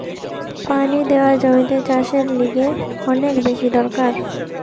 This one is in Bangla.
পানি দেওয়া জমিতে চাষের লিগে অনেক বেশি দরকার